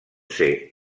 ser